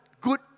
good